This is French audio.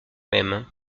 même